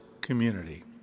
community